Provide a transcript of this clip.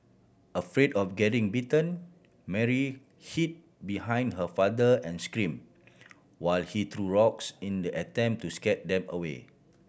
afraid of getting bitten Mary hid behind her father and scream while he threw rocks in the attempt to scare them away